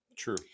true